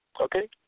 Okay